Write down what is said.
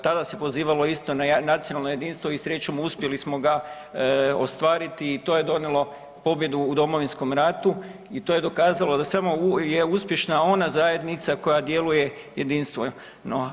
Tada se pozivalo isto na nacionalno jedinstvo i srećom uspjeli smo ga ostvariti i to je donijelo pobjedu u Domovinskom ratu i to je dokazalo je uspješna ona zajednica koja djeluje jedinstveno.